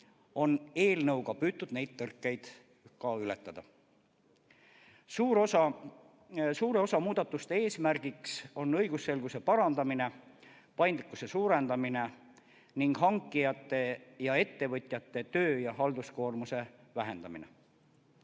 on eelnõuga püütud neid tõrkeid ületada. Suure osa muudatuste eesmärk on õigusselguse parandamine, paindlikkuse suurendamine ning hankijate ja ettevõtjate töö‑ ja halduskoormuse vähendamine.